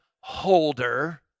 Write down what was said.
holder